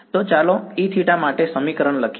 તો ચાલો Eθ માટે સમીકરણ લખીએ